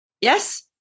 Yes